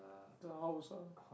the house ah